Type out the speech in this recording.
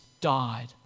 died